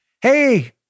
Hey